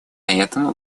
этому